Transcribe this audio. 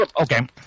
okay